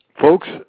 Folks